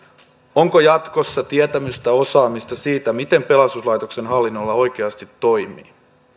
onko jatkossa tietämystä ja osaamista siitä miten pelastuslaitoksen hallinnonala oikeasti toimii